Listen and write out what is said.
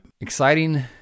Exciting